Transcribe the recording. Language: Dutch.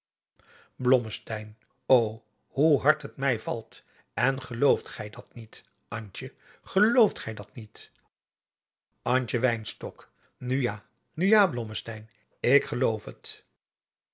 hoe hard het mij valt en gelooft gij dat niet antje gelooft gij dat niet antje wynstok nu ja nu ja blommesteyn ik geloof het